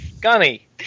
Gunny